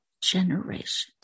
generations